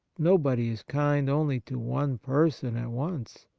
nobody is kind only to one person at once,